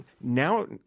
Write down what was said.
now